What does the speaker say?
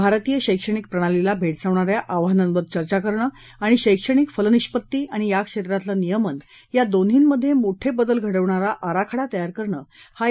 भारतीय शैक्षणिक प्रणालीला भेडसावणा या आव्हानांवर चर्चा करणं आणि शैक्षणिक फलनिष्पत्ती आणि या क्षेत्रातलं नियमन या दोन्हींमध्ये मोठे बदल घडवणारा आराखडा तयार करणं हा या परिषदेचा उद्देश आहे